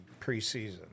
preseason